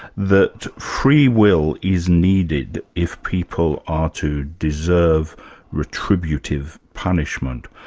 that freewill is needed if people are to deserve retributive punishment.